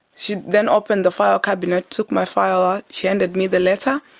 she then opened the file cabinet, took my file out, she handed me the letter.